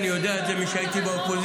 אני יודע את זה מאז שהייתי באופוזיציה,